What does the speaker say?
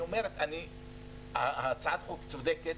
והיא אומרת שהצעת החוק צודקת,